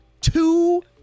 two